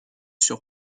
sur